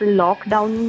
lockdown